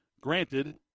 Granted